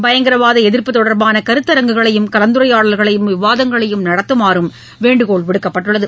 பங்கரவாதஎதிர்ப்பு தொடர்பானகருத்தரங்குகளையும் கலந்துரையாடல்களையும் விவாதங்களையும் நடத்துமாறுவேண்டுகோள் விடுக்கப்பட்டுள்ளது